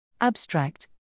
Abstract